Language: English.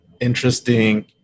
interesting